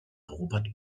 robert